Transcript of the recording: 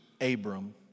Abram